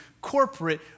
corporate